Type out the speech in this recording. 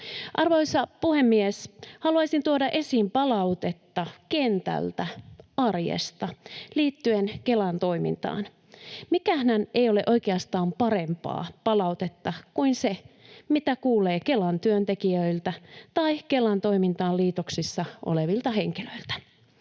Arvoisa puhemies! Haluaisin tuoda esiin palautetta kentältä, arjesta liittyen Kelan toimintaan. Mikäänhän ei ole oikeastaan parempaa palautetta kuin se, mitä kuulee Kelan työntekijöiltä tai Kelan toimintaan liitoksissa olevilta henkilöiltä.